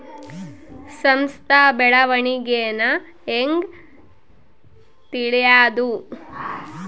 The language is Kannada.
ಸಂಸ್ಥ ಬೆಳವಣಿಗೇನ ಹೆಂಗ್ ತಿಳ್ಯೇದು